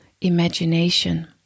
imagination